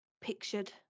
pictured